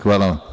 Hvala vam.